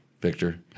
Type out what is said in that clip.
Victor